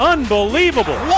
Unbelievable